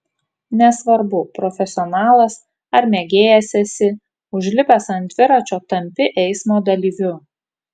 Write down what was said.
nesvarbu profesionalas ar mėgėjas esi užlipęs ant dviračio tampi eismo dalyviu